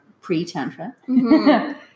pre-tantra